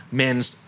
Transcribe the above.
men's